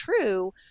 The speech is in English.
true